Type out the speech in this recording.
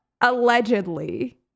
allegedly